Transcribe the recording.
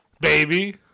baby